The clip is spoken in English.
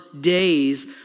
days